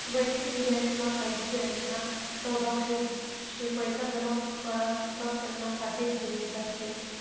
वयक्तिक बँकमा खाजगी बँकना सहभाग शे पैसा जमा करात तर त्याना साठे जिम्मेदार शे